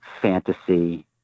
fantasy